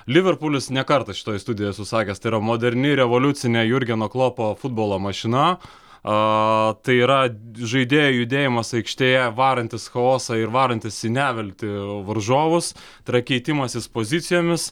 liverpulis ne kartą šitoje studijoje esu sakęs tai yra moderni revoliucinė jurgeno klopo futbolo mašina a tai yra žaidėjo judėjimas aikštėje varantis chaosą ir varantis į neviltį varžovus tai yra keitimasis pozicijomis